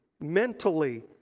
mentally